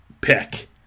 pick